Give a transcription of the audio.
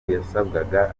yasabwaga